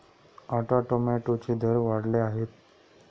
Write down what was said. आता टोमॅटोचे दर वाढले आहेत